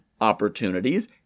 opportunities